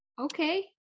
okay